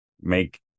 make